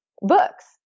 books